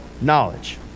knowledge